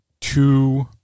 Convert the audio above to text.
two